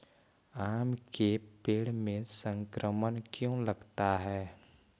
आम के पेड़ में संक्रमण क्यों लगता है?